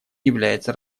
является